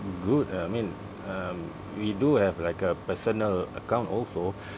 good ah I mean um we do have like a personal account also